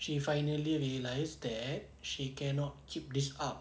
she finally realise that she cannot keep this up